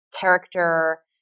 character